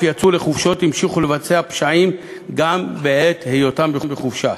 יצאו לחופשות והמשיכו לבצע פשעים גם בעת היותם בחופשה.